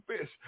fish